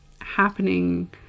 happening